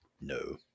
No